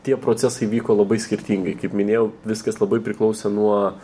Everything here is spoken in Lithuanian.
tie procesai vyko labai skirtingai kaip minėjau viskas labai priklausė nuo